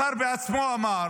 השר בעצמו אמר,